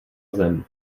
zem